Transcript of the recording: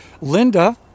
Linda